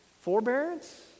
forbearance